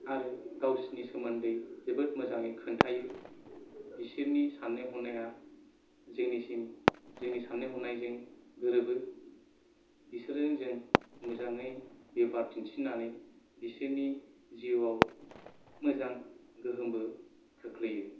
आरो गावसोरनि सोमोन्दै जोबोद मोजाङै खोन्थायो बिसोरनि साननाय हनाया जोंनिसिम जोंनि साननाय हनायजों गोरोबो बिसोरजों जों मोजाङै बेबहार दिन्थिनानै बिसोरनि जिउआव मोजां गोहोमबो खोख्लैयो